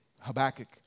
Habakkuk